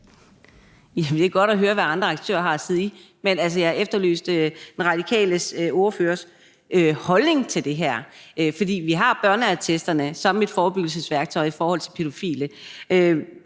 Det er godt at høre, hvad andre aktører har at sige. Men altså, jeg efterlyste den radikale ordførers holdning til det her, for vi har børneattesterne som et forebyggelsesværktøj i forhold til pædofile.